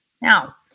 Now